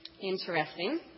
interesting